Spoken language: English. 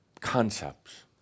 concepts